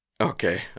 Okay